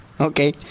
Okay